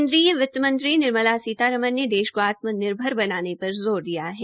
केन्द्रीय वित्तमंत्री श्रीमती निर्मला सीतारमन ने देश को आत्मनिर्भर बनाने पर ज़ोर दिया है